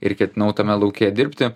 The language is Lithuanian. ir ketinau tame lauke dirbti